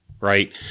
Right